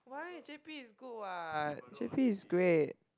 why J_B is good [what] J_B is great